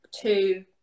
two